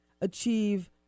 achieve